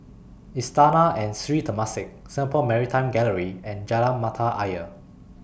Istana and Sri Temasek Singapore Maritime Gallery and Jalan Mata Ayer